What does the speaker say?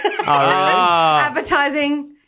Advertising